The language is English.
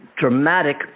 dramatic